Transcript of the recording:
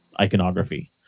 iconography